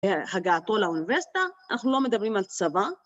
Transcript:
‫הגעתו לאוניברסיטה, ‫אנחנו לא מדברים על צבא.